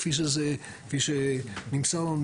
כפי שנמסר לנו,